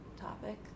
topic